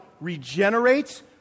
regenerates